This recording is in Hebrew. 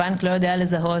הבנק לא יודע לזהות